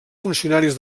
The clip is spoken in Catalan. funcionaris